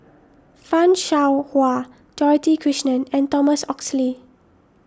Fan Shao Hua Dorothy Krishnan and Thomas Oxley